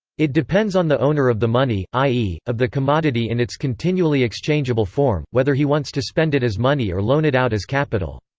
it depends on the owner of the money, i e, of the commodity in its continually exchangeable form, whether he wants to spend it as money or loan it out as capital.